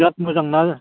बिराथ मोजां ना